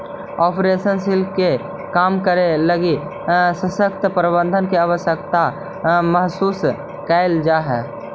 operational risk के कम करे लगी सशक्त प्रबंधन के आवश्यकता महसूस कैल जा हई